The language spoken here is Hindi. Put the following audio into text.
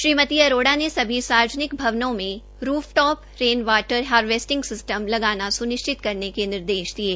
श्रीमती अरोड़ा ने सभी सार्वजनिक भवनों में rooftop rain water harvesting system लगाना स्निश्चित करने के निर्देश दिये